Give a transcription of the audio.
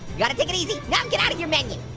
gotta take it easy! no, get out of here, menu!